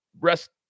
rest